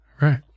Right